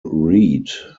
reid